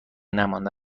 نمانده